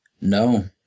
No